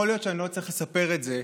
יכול להיות שאני לא צריך לספר את זה,